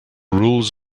rules